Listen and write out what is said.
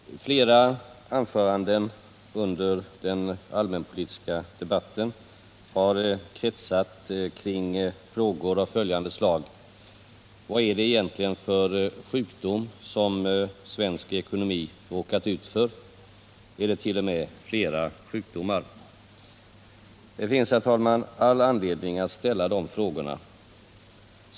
Herr talman! Flera anföranden under denna allmänpolitiska debatt har kretsat kring frågor av följande slag: Vad är det egentligen för sjukdom som svensk ekonomi råkat ut för? Eller är det t.o.m. flera sjukdomar? Det finns all anledning att ställa de frågorna.